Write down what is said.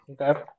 Okay